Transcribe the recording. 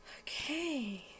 Okay